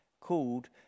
called